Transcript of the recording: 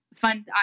fun